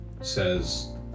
Says